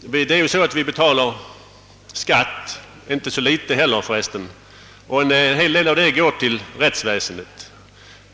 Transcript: Vi betalar skatt — inte så litet heller för resten — och en hel del därav går till rättsväsendet.